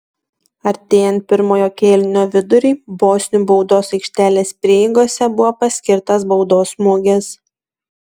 artėjant pirmojo kėlinio viduriui bosnių baudos aikštelės prieigose buvo paskirtas baudos smūgis